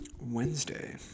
Wednesday –